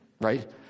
right